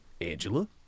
Angela